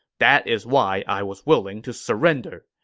that is why i was willing to surrender.